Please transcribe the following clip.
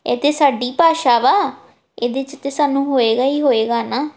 ਇਹ ਤਾਂ ਸਾਡੀ ਭਾਸ਼ਾ ਵਾ ਇਹਦੇ 'ਚ ਤਾਂ ਸਾਨੂੰ ਹੋਵੇਗਾ ਹੀ ਹੋਵੇਗਾ ਨਾ